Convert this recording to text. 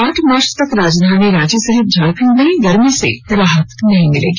आठ मार्च तक राजधानी रांची सहित झारखंड में गर्मी से राहत नहीं मिलेगी